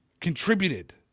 contributed